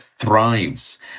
thrives